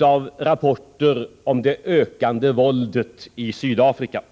av rapporter om det ökande våldet i Sydafrika.